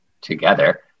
together